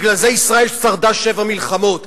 בגלל זה ישראל שרדה שבע מלחמות,